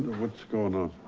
what's going on?